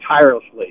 tirelessly